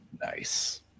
Nice